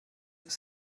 ist